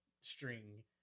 string